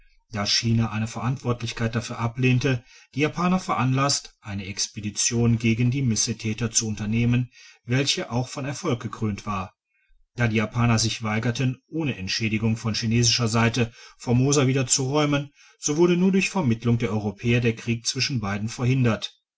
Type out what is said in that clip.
da china eine verantwortlichkeit dafür ablehnte die japaner veranlasst eine expedition gegen die missetäter zu unternehmen welche auch von erfolg gekrönt war da die japaner sich weigerten ohne entschädigung von chinesischer seite formosa wieder zu räumen so wurde nur durch vermittlung der europäer der krieg zwischen beiden verhindert